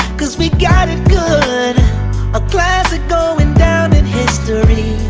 cause we got it good a classic going down in history,